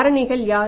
காரணிகள் யார்